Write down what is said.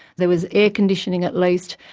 there was air conditioning at least,